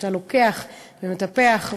ואתה לוקח ומטפח,